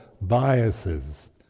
biases